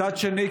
מצד שני,